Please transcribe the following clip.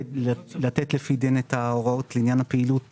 שיכול לתת לפי דין את ההוראות לעניין הפעילות